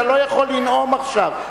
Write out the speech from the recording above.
אתה לא יכול לנאום עכשיו.